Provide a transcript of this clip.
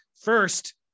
First